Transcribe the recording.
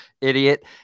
idiot